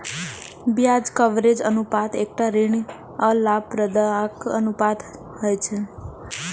ब्याज कवरेज अनुपात एकटा ऋण आ लाभप्रदताक अनुपात होइ छै